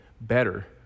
better